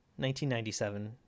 1997